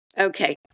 Okay